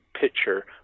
picture